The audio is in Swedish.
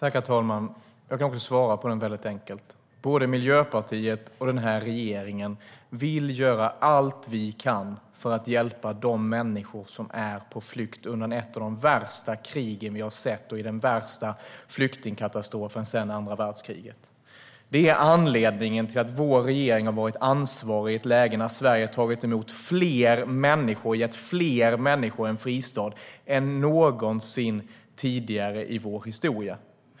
Herr talman! Jag kan svara på den frågan väldigt enkelt. Både Miljöpartiet och den här regeringen vill göra allt vi kan för att hjälpa de människor som är på flykt undan ett av de värsta krig som vi har sett och i den värsta flyktingkatastrofen sedan andra världskriget. Det är anledningen till att vår regering har varit ansvarig i ett läge där Sverige har tagit emot fler människor och gett fler människor en fristad än någonsin tidigare i vår historia.